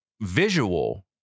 visual